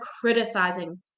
criticizing